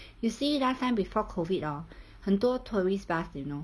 you see last time before COVID hor 很多 tourist bus you know